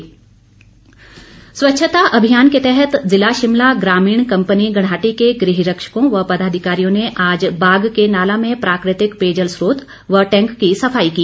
स्वच्छता स्वच्छता अभियान के तहत जिला शिमला ग्रामीण कंपनी घणाहट्टी के गृह रक्षकों व पदाधिकारियों ने आज बाग के नाला में प्राकृतिक पेयजल स्रोत व टैंक की सफाई की